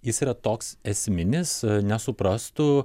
jis yra toks esminis nesuprastų